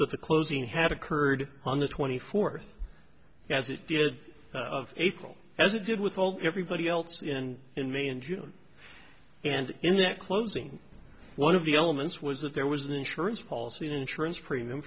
that the closing had occurred on the twenty fourth as it did of april as it did with old everybody else and in may and june and in that closing one of the elements was that there was an insurance policy an insurance premium